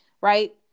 right